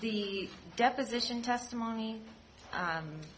the deposition testimony